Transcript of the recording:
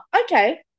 okay